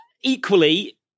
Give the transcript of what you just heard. Equally